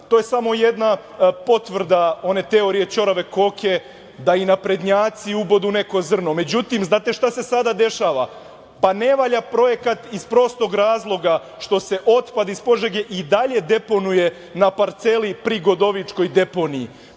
To je samo jedna potvrda one teorije - ćorave koke, da i naprednjaci ubodu neko zrno.Međutim, znate šta se sada dešava? Pa, ne valja projekat iz prostog razloga što se otpad iz Požege i dalje deponuje na parceli pri godovičkoj deponiji.